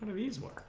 reasonable